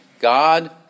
God